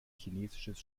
chinesisches